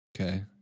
okay